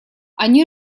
они